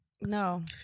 No